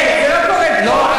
כן, זה לא קורה פה.